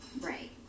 Right